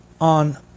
on